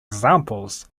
examples